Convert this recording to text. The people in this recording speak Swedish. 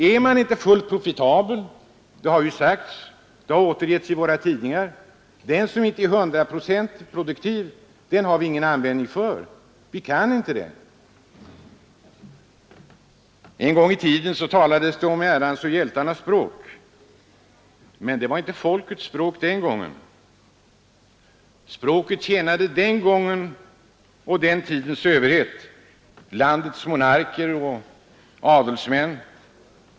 Den som inte är fullt profitabel — det har återgetts i våra tidningar — dvs. den som inte är hundraprocentigt produktiv finns det ingen användning för. En gång i tiden talades det om ärans och hjältarnas språk, men det var 161 inte folkets språk den gången. Språket tjänade den tidens överhet, landets monarker och adelsmän.